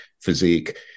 physique